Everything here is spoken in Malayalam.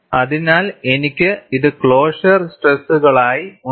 അതിനാൽഎനിക്ക് ഇത് ക്ലോഷർ സ്ട്രെസ്സുകളായി ഉണ്ട്